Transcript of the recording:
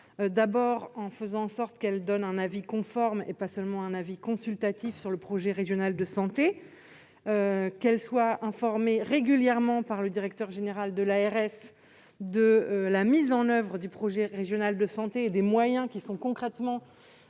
d'abord, faire en sorte qu'elle donne un avis conforme, et pas seulement consultatif, sur le projet régional de santé ; ensuite, qu'elle soit informée régulièrement, par le directeur général de l'ARS, de la mise en oeuvre du projet régional de santé et des moyens qui sont concrètement